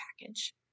package